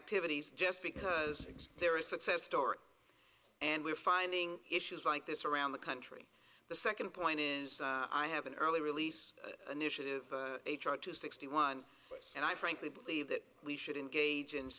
activities just because they're a success story and we're finding issues like this around the country the second point is i have an early release initiative to sixty one and i frankly believe that we should engage in